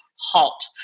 halt